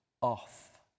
off